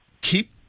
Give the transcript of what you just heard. keep